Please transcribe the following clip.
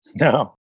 No